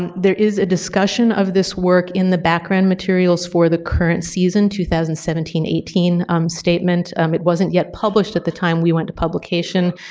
and there is a discussion of this work in the background materials for the current season, two thousand and seventeen eighteen statement. it wasn't yet published at the time we went to publication.